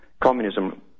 Communism